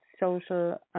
social